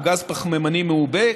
או גז פחמימני מעובה,